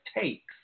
takes